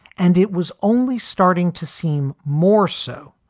and it was only starting to seem more so.